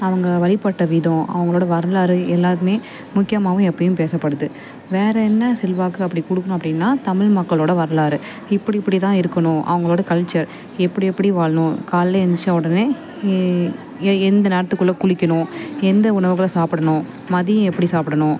அவங்க வழிபட்ட விதம் அவங்களோட வரலாறு எல்லா இதுவுமே முக்கியமாகவும் எப்பயும் பேசப்படுது வேறு என்ன செல்வாக்கு அப்படி கொடுக்கணும் அப்படின்னா தமிழ் மக்களோட வரலாறு இப்படி இப்படி தான் இருக்கணும் அவங்களோட கல்ச்சர் எப்படி எப்படி வாழணும் காலையில் எழுந்திரிச்ச உடனே எ எந் எந்த நேரத்துக்குள்ளே குளிக்கணும் எந்த உணவுகளை சாப்பிடணும் மதியம் எப்படி சாப்பிடணும்